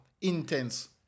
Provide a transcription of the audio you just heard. intense